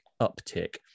uptick